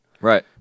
Right